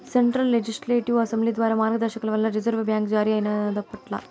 central legislative assembly ద్వారా మార్గదర్శకాల వల్ల రిజర్వు బ్యాంక్ జారీ అయినాదప్పట్ల